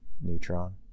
neutron